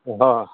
অ